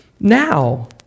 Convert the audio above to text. now